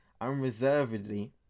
unreservedly